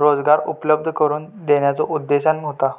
रोजगार उपलब्ध करून देण्याच्यो उद्देशाने होता